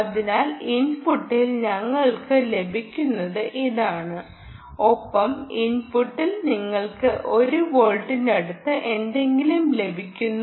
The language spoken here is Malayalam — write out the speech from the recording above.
അതിനാൽ ഇൻപുട്ടിൽ ഞങ്ങൾക്ക് ലഭിക്കുന്നത് ഇതാണ് ഒപ്പം ഇൻപുട്ടിൽ നിങ്ങൾക്ക് 1 വോൾട്ടിനടുത്ത് എന്തെങ്കിലും ലഭിക്കുന്നു